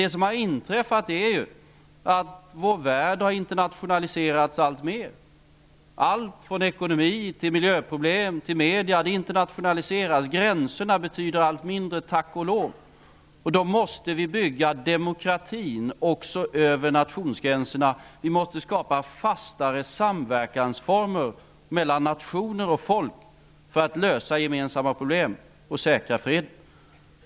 Det som har inträffat är ju att vår värld har internationaliserats alltmer. Allt från ekonomi och miljöproblem till medier internationaliseras. Gränserna betyder tack och lov allt mindre. Då måste vi bygga demokratin också över nationsgränserna. Vi måste skapa fastare samverkansformer mellan nationer och folk för att lösa gemensamma problem och säkra freden.